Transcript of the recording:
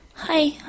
Hi